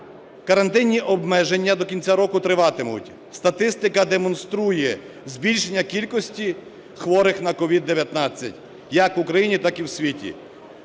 Карантинні обмеження до кінця року триватимуть, статистка демонструє збільшення кількості хворих на COVID-19 як в Україні, так і в світі.